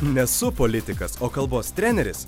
nesu politikas o kalbos treneris